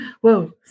whoa